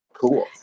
cool